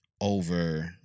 over